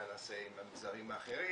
מה נעשה עם המגזרים האחרים.